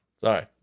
Sorry